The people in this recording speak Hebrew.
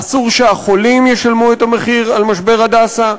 אסור שהחולים ישלמו את המחיר על משבר "הדסה".